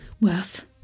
worth